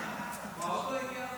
תודה.